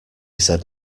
said